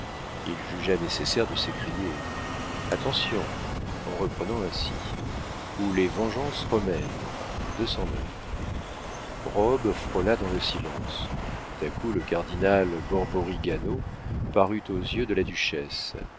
il jugea nécessaire de s'écrier attention en reprenant ainsi ou les vengeances de aube frôla dans le silence tout à coup le cardinal borborigano parut aux yeux de la duchesse